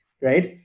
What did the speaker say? Right